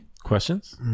questions